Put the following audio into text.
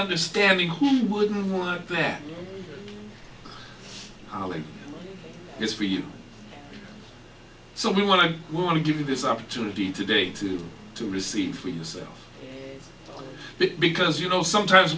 understanding who would want that really is for you so we want to want to give you this opportunity today to receive for yourself because you know sometimes